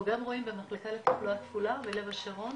גם רואים במחלקה לתחלואה כפולה בלב השרון